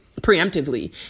preemptively